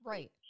Right